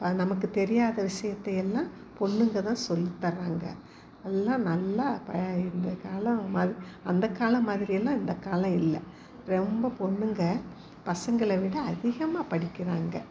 இப்போ நமக்கு தெரியாத விஷயத்தை எல்லாம் பொண்ணுங்க தான் சொல்லித்தராங்க எல்லாம் நல்லா ப இந்தக்காலம் மா அந்த காலம் மாதிரியெல்லாம் இந்தக்காலம் இல்லை ரொம்ப பொண்ணுங்க பசங்களை விட அதிகமாக படிக்கிறாங்க